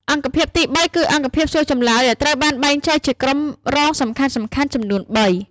អង្គភាពទី ៣ គឺអង្គភាពសួរចម្លើយ ដែលត្រូវបានបែងចែកជាក្រុមរងសំខាន់ៗចំនួនបី។